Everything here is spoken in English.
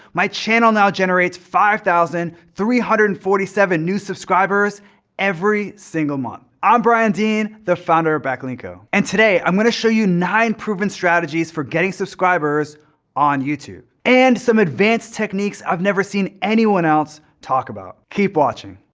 my channel now generates five thousand three hundred and forty seven new subscribers every single month. i'm brian dean, the founder of backlinko. and today i'm gonna show you nine proven strategies for getting subscribers on youtube. and some advanced techniques i've never seen anyone else talk about. keep watching.